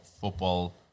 football